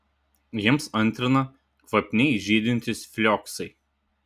jiems antrina kvapniai žydintys flioksai